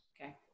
okay